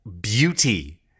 beauty